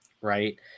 right